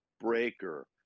breaker